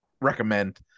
Recommend